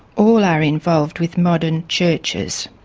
all are involved with modern churches.